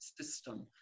system